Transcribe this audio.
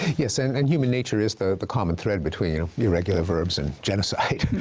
yes, and and human nature is the the common thread between irregular verbs and genocide.